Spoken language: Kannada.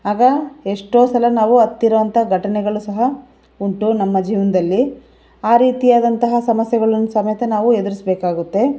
ಆಗ ಎಷ್ಟೋ ಸಲ ನಾವು ಅತ್ತಿರೋವಂಥ ಘಟನೆಗಳು ಸಹ ಉಂಟು ನಮ್ಮ ಜೀವನದಲ್ಲಿ ಆ ರೀತಿಯಾದಂತಹ ಸಮಸ್ಯೆಗಳನ್ನು ಸಮೇತ ನಾವು ಎದುರಿಸಬೇಕಾಗುತ್ತೆ